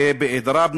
וב"אדראב נפחא",